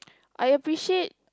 I appreciate